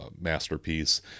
masterpiece